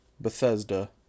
Bethesda